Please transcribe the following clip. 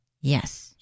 Yes